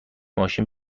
ماشین